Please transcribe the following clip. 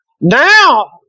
now